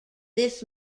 this